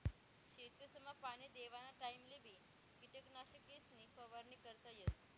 शेतसमा पाणी देवाना टाइमलेबी किटकनाशकेसनी फवारणी करता येस